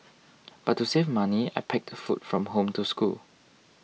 but to save money I packed food from home to school